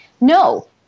no